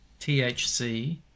THC